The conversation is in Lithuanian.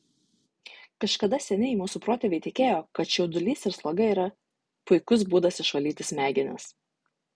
kažkada seniai mūsų protėviai tikėjo kad čiaudulys ir sloga yra puikus būdas išvalyti smegenis